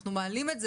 אנחנו מעלים את זה,